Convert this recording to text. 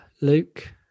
Luke